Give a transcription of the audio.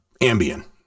Ambien